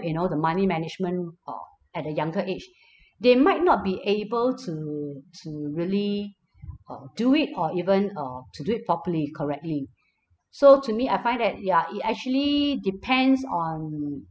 you know the money management uh at a younger age they might not be able to to really uh do it or even uh to do it properly correctly so to me I find that ya it actually depends on